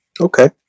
Okay